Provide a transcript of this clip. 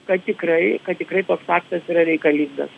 kad tikrai tikrai toks aktas yra reikalingas